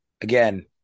again